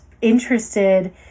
interested